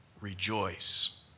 rejoice